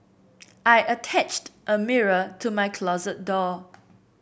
I attached a mirror to my closet door